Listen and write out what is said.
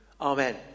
Amen